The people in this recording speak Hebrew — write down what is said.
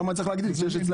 למה צריך להגדיל?